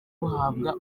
buhabwa